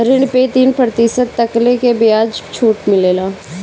ऋण पे तीन प्रतिशत तकले के बियाज पे छुट मिलेला